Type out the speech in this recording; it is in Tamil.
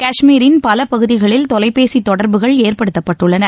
காஷ்மீரின் பலபகுதிகளில் தொலைபேசி தொடர்புகள் ஏற்படுத்தப்பட்டுள்ளன